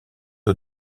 aux